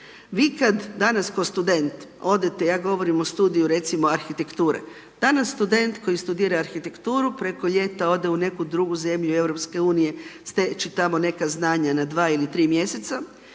Vi kada danas kao student odete, ja govorim o studiju recimo arhitekture, danas student koji studira arhitekturu preko ljeta ode u neku drugu zemlju Europske unije steći tamo neka znanja na dva ili tri mjeseca,